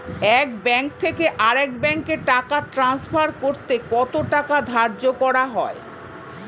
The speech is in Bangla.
এক ব্যাংক থেকে আরেক ব্যাংকে টাকা টান্সফার করতে কত টাকা ধার্য করা হয়?